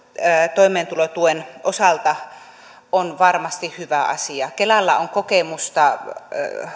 toimeentulotuen osalta on varmasti hyvä asia kelalla on kokemusta